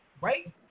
right